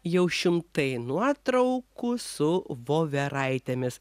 jau šimtai nuotraukų su voveraitėmis